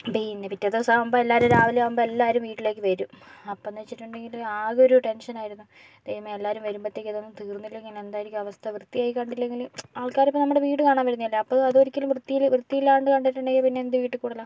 പിന്നെ പിറ്റേ ദിവസമാകുമ്പോൾ എല്ലാവരും രാവിലെയാകുമ്പോൾ എല്ലാവരും വീട്ടിലേക്ക് വരും അപ്പോഴെന്നുവെച്ചിട്ടുണ്ടെങ്കിൽ ആകെ ഒരു ടെൻഷൻ ആയിരുന്നു ദൈവമേ എല്ലാവരും വരുമ്പോഴത്തേക്കും ഇതൊന്നും തീർന്നില്ലെങ്കിൽ പിന്നെ എന്തായിരിക്കും അവസ്ഥ വൃത്തിയായി കണ്ടില്ലെങ്കിൽ ആൾക്കാരൊക്കെ നമ്മുടെ വീട് കാണാൻ വരുന്നതല്ലേ അപ്പോൾ ഒരിക്കലും വൃത്തിയിൽ വൃത്തിയില്ലാണ്ട് കണ്ടിട്ടുണ്ടെങ്കിൽ പിന്നെ എന്ത് വീട്ടീക്കൂടലാണ്